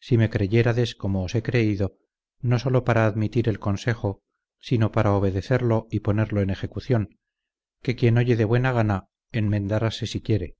si me creyérades como os he creído no sólo para admitir el consejo sino para obedecerlo y ponerlo en ejecución que quien oye de buena gana enmendarase si quiere